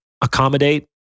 accommodate